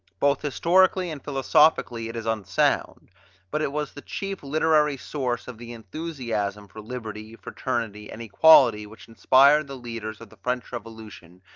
both historically and philosophically it is unsound but it was the chief literary source of the enthusiasm for liberty, fraternity, and equality, which inspired the leaders of the french revolution,